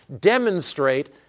demonstrate